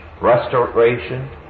restoration